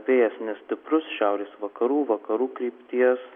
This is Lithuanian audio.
vėjas nestiprus šiaurės vakarų vakarų krypties